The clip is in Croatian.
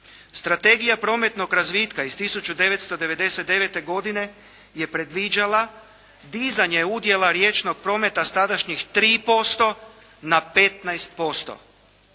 Strategija prometnog razvitka iz 1999. godine je predviđala dizanje udjela riječnog prometa s tadašnjih 3% na 15%.